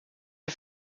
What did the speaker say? wir